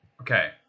Okay